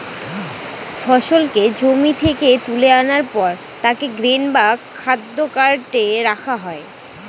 ফসলকে জমি থেকে তুলে আনার পর তাকে গ্রেন বা খাদ্য কার্টে রাখা হয়